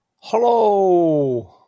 Hello